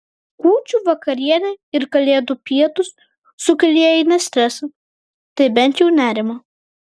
kūčių vakarienė ir kalėdų pietūs sukelia jei ne stresą tai bent jau nerimą